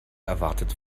erwartet